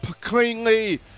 cleanly